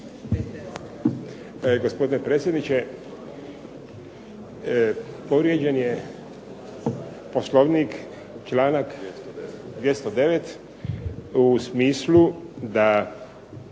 Gospodin predsjedniče, povrijeđen je Poslovnik članak 209. u smislu da